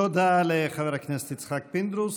תודה לחבר הכנסת יצחק פינדרוס.